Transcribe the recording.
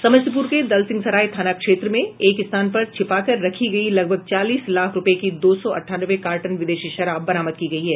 समस्तीपुर के दलसिंहसराय थाना क्षेत्र में एक स्थान पर छिपाकर रखी गयी लगभग चालीस लाख रूपये की दो सौ अंठानवे कार्टन विदेशी शराब बरामद की गयी है